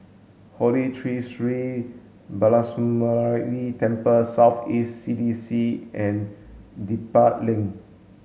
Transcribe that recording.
Holy Tree Sri Balasubramaniar Temple South East C D C and Dedap Link